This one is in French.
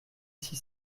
six